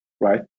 right